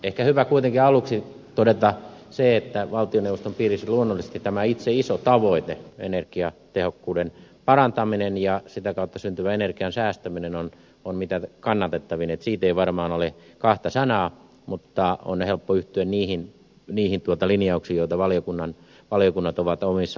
ehkä on hyvä kuitenkin aluksi todeta se että valtioneuvoston piirissä luonnollisesti tämä itse iso tavoite energiatehokkuuden parantaminen ja sitä kautta syntyvä energian säästäminen on mitä kannatettavin että siitä ei varmaan ole kahta sanaa mutta on helppo yhtyä niihin linjauksiin joita valiokunnat ovat omissa lausunnoissaan tehneet